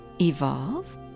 evolve